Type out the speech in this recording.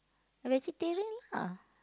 I vegetarian lah